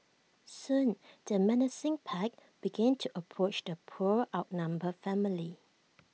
soon the menacing pack began to approach the poor outnumbered family